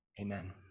Amen